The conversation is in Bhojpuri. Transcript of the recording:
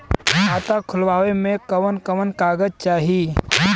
खाता खोलवावे में कवन कवन कागज चाही?